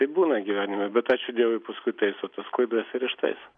taip būna gyvenime bet ačiū dievui paskui taiso tas klaidas ir ištaiso